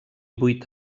vuit